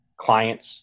clients